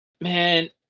man